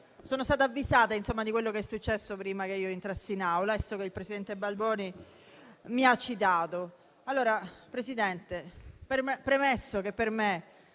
Sono stata avvisata però di quello che è successo prima che io entrassi in Aula e so che il presidente Balboni mi ha citato. Allora, Presidente, premesso che per me